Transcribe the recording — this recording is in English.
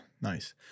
nice